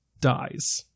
dies